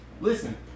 Listen